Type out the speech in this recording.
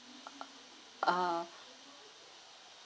uh